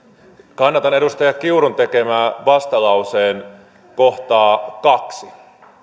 kannatan edustaja kiurun tekemää vastalauseen kohtaa kaksi